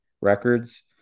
records